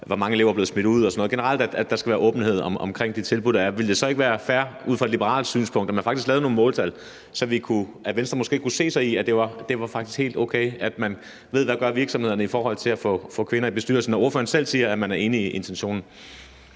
hvor mange elever der er blevet smidt ud, og sådan noget, altså generelt tilhængere af, at der skal være åbenhed om de tilbud, der er. Ville det så ikke være fair ud fra et liberalt synspunkt, at man faktisk lavede nogle måltal, som Venstre måske kunne se sig i, altså hvor det faktisk er helt okay, at man ved, hvad virksomhederne gør i forhold til at få kvinder i bestyrelsen – når ordføreren selv siger, at man er enig i intentionen?